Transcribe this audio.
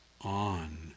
on